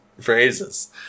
phrases